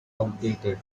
outdated